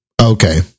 Okay